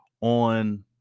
on